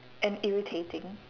and irritating